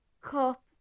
cup